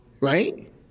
Right